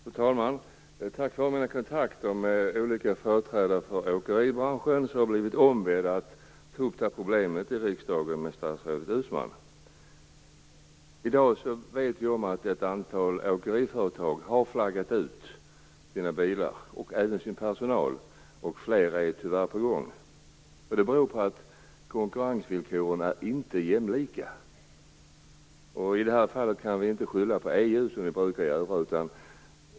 Fru talman! Tack vare mina kontakter med olika företrädare för åkeribranschen har jag blivit ombedd att ta upp det här problemet i riksdagen med statsrådet Uusmann. I dag vet vi att ett antal åkeriföretag har flaggat ut sina bilar och även sin personal. Fler är tyvärr på gång. Det beror på att konkurrensvillkoren inte är jämlika. I det här fallet kan vi inte skylla på EU, som vi brukar göra.